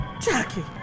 Jackie